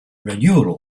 renewal